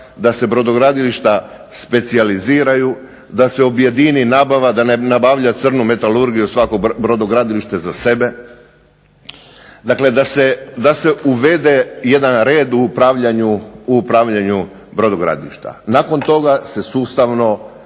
da se brodogradilišta specijalizira, da se objedini nabava, da ne nabavlja crnu metalurgiju svako brodogradilište za sebe, dakle da se uvede jedan red u upravljanju brodogradilišta. Nakon toga se sustavno